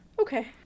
okay